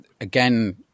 again